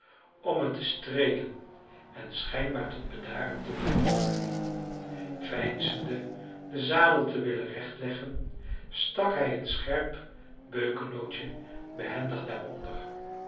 om het te streelen en schijnbaar tot bedaren te brengen veinzende den zadel te willen recht leggen stak hij het scherp beukennootje behendig daaronder